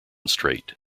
straight